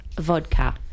vodka